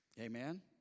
amen